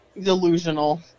delusional